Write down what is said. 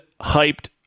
hyped